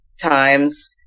times